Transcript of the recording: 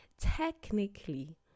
technically